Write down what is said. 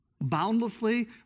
boundlessly